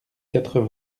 quatre